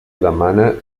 demana